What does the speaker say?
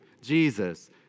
Jesus